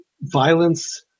violence